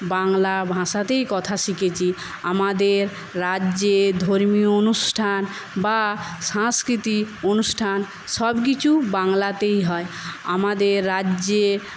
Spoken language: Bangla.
বাংলা ভাষাতেই কথা শিখেছি আমাদের রাজ্যে ধর্মীয় অনুষ্ঠান বা সাংস্কৃতিক অনুষ্ঠান সবকিছু বাংলাতেই হয় আমাদের রাজ্যে